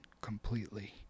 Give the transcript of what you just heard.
completely